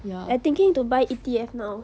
I thinking to buy E_T_F now